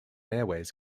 airways